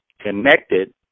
connected